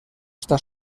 està